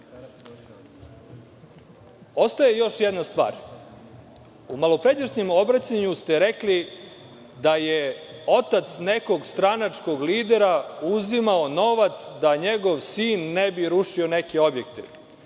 još jedna stvar. U malopređašnjem obraćanju ste rekli da je otac nekog stranačkog lidera uzimao novac da njegov sin ne bi rušio neki objekat.